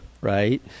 right